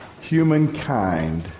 Humankind